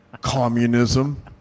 Communism